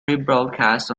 rebroadcast